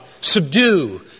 subdue